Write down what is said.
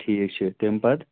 ٹھیٖک چھِ تَمہِ پتہٕ